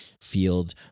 field